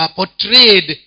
portrayed